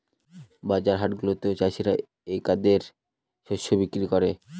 বাজার হাটগুলাতে চাষীরা ক্রেতাদের শস্য বিক্রি করে